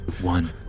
One